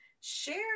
share